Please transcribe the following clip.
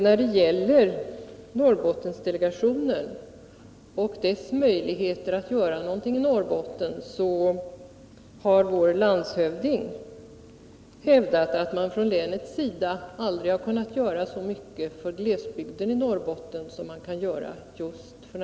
När det gäller Norrbottendelegationen och dess möjligheter att göra någonting i Norrbotten, så har vår landshövding hävdat att man från länets sida aldrig har kunnat göra så mycket för glesbygden i Norrbotten som man kan f. n.